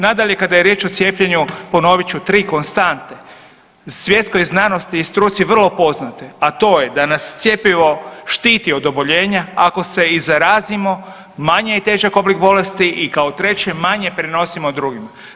Nadalje, kada je riječ o cijepljenju ponovit ću 3 konstante svjetskoj znanosti i struci vrlo poznate, a to je da nas cjepivo štiti od oboljenja ako se i zarazimo, manje je težak oblik bolesti i kao treće manje prenosimo drugima.